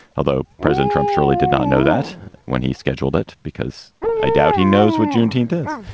although president trump surely did not know that when he scheduled it, because i doubt he knows what juneteenth is.